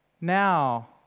Now